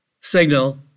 signal